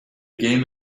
game